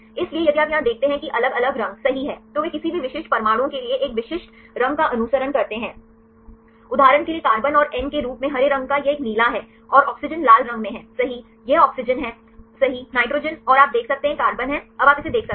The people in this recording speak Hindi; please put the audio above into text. इसलिए यदि आप यहां देखते हैं कि अलग अलग रंग सही हैं तो वे किसी भी विशिष्ट परमाणुओं के लिए एक विशिष्ट रंग का अनुसरण करते हैं उदाहरण के लिए कार्बन और एन के रूप में हरे रंग का यह एक नीला है और ऑक्सीजन लाल रंग में है सही यह ऑक्सीजन है सही नाइट्रोजन और आप देख सकते हैं यह कार्बन है अब आप इसे देख सकते हैं